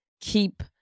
keep